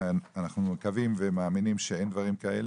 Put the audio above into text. אנחנו מקווים ומאמינים שאין דברים כאלה,